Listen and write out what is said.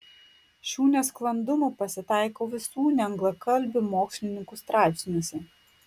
šių nesklandumų pasitaiko visų neanglakalbių mokslininkų straipsniuose